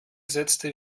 setzte